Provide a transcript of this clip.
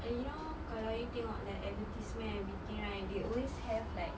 eh you know kalau you tengok like advertisement everything right they always have like